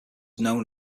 known